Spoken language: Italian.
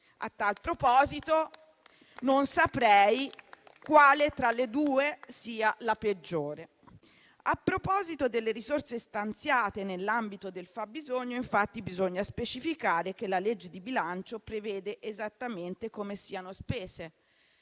A tal proposito, non saprei quale tra le due sia la peggiore. A proposito delle risorse stanziate nell'ambito del fabbisogno, bisogna specificare che il disegno di legge di bilancio prevede esattamente come siano spese: